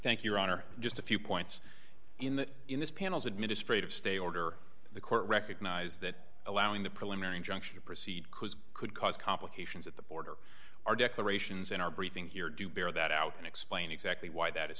thank you honor just a few points in the in this panel's administrative stay order the court recognize that allowing the preliminary injunction to proceed could cause complications at the border or declarations in our briefing here do bear that out and explain exactly why that is